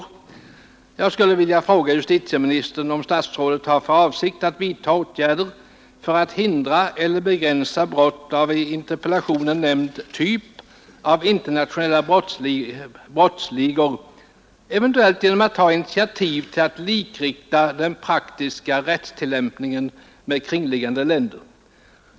Jag att nedbringa brottsligheten vill fråga justitieministern, om han har för avsikt att vidta åtgärder för att hindra eller begränsa brott av i interpellationen nämnd typ som begås av internationella brottsligor, eventuellt genom att ta initiativ till att likrikta den praktiska tillämpningen med kringliggande länders.